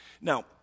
Now